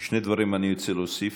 שני דברים אני ארצה להוסיף.